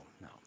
No